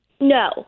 No